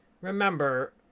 remember